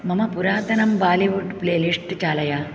मम पुरातनं Bollywood playlist चालय